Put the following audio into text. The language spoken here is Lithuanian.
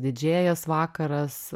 didžėjas vakaras